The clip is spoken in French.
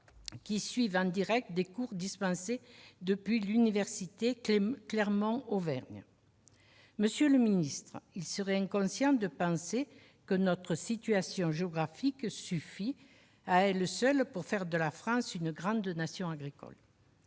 qui suivent en direct des cours dispensés depuis l'université Clermont Auvergne. Monsieur le ministre, il serait inconscient de penser que notre situation géographique suffit à elle seule à faire de la France une grande nation agricole.